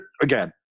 again